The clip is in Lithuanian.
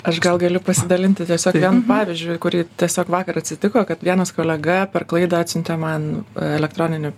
aš gal galiu pasidalinti tiesiog vienu pavyzdžiu kurį tiesiog vakar atsitiko kad vienas kolega per klaidą atsiuntė man elektroninį